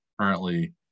Currently